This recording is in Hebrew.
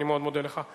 אני מאוד מודה לך.